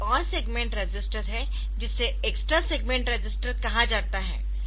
एक और segment register है जिसे एक्स्ट्रा सेगमेंट रजिस्टर कहा जाता है